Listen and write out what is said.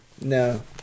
no